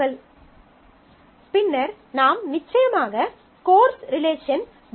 பார்க்கவும் ஸ்லைடு நேரம் 3106 பின்னர் நாம் நிச்சயமாக கோர்ஸ் ரிலேஷன் பி